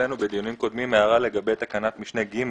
העלינו בדיונים קודמים הערה לגבי תקנת משנה (ג),